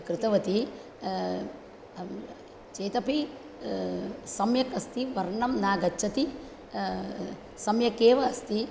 कृतवती चेतपि सम्यक् अस्ति वर्णं न गच्छति सम्यक् एव अस्ति